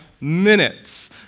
minutes